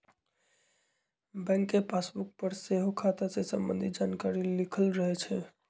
bank के passbook पर सेहो खता से संबंधित जानकारी लिखल रहै छइ